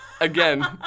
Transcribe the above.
Again